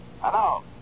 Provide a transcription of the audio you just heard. Hello